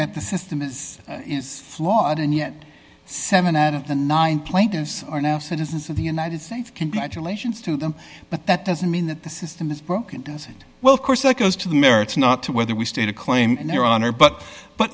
that the system is flawed and yet seven out of the nine plaintiffs are now citizens of the united states congratulations to them but that doesn't mean that the system is broken does it well of course that goes to the merits not to whether we stay to claim and their honor but but